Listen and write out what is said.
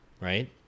right